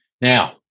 Now